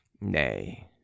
nay